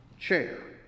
Chair